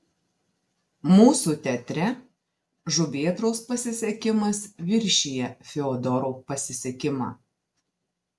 mūsų teatre žuvėdros pasisekimas viršija fiodoro pasisekimą